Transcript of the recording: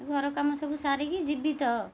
ଘର କାମ ସବୁ ସାରିକି ଯିବି ତ